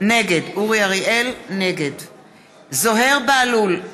נגד זוהיר בהלול,